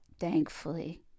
Thankfully